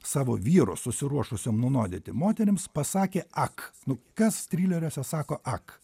savo vyrus susiruošusiom nunuodyti moterims pasakė ak nu kas trileriuose sako ak